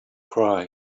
cry